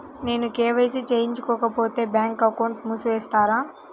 నేను కే.వై.సి చేయించుకోకపోతే బ్యాంక్ అకౌంట్ను మూసివేస్తారా?